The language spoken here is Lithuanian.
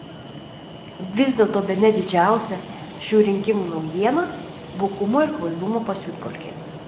vis dėlto bene didžiausia šių rinkimų naujiena bukumo ir kvailumo pasiutpolkė